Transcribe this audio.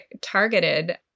targeted